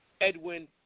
Edwin